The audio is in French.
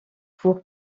pour